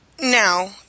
now